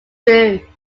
true